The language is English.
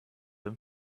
them